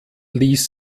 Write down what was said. ließ